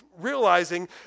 realizing